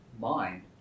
mind